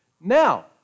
Now